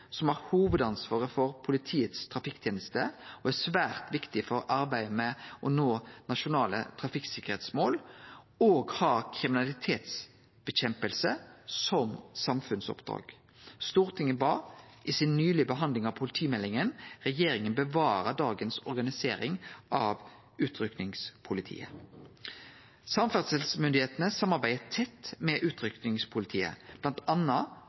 som har hovudansvaret for politiets trafikkteneste og er svært viktig for arbeidet med å nå nasjonale trafikksikkerheitsmål, òg har kriminalitetsnedkjemping som samfunnsoppdrag. Stortinget bad i si nylege behandling av politimeldinga regjeringa bevare dagens organisering av utrykkingspolitiet. Samferdselsmyndigheitene samarbeider tett med